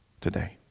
today